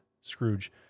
Scrooge